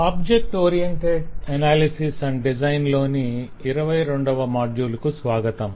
object oriented analysis and design లోని 22వ module కు స్వాగతం